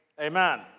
amen